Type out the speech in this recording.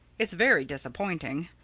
it's very disappointing.